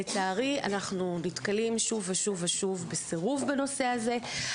לצערי, אנחנו נתקלים שוב ושוב בסירוב בנושא הזה.